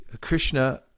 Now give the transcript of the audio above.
Krishna